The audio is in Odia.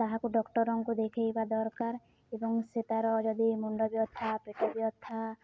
ତାହାକୁ ଡକ୍ଟରଙ୍କୁ ଦେଖାଇବା ଦରକାର ଏବଂ ସେ ତାର ଯଦି ମୁଣ୍ଡବ୍ୟଥା ପେଟ ବ୍ୟଥା